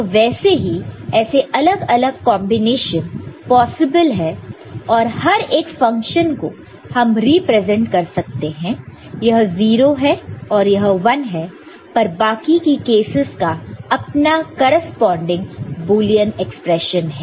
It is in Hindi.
तो वैसे ही ऐसे अलग अलग कॉन्बिनेशन पॉसिबल है और हर एक फंक्शन को हम रिप्रेजेंट कर सकते हैं यह 0 है और यह 1 है पर बाकी की कैसेस का अपना करेस्पॉन्डिंग बुलियन एक्सप्रेशन है